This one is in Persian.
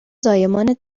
زایمان